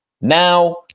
Now